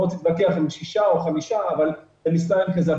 רוצה להתווכח אם שישה או חמישה אבל מספר ימים כזה.